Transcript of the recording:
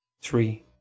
Three